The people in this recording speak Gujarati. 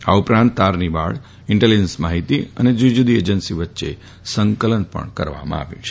આ ઉપરાંત તારની વાડ ઇન્ટેલીજન્સ માફીતી અને જુદીજુદી એજન્સી વચ્ચે સંકલન કરવામાં આવ્યું છે